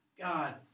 God